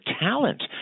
talent